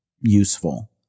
useful